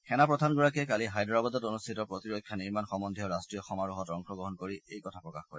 সেনা প্ৰধানগৰাকীয়ে কালি হায়দৰাবাদত অনুষ্ঠিত প্ৰতিৰক্ষা নিৰ্মাণ সম্বন্দীয় ৰাষ্ট্ৰীয় সমাৰোহত অংশগ্ৰহণ কৰি এই কথা প্ৰকাশ কৰে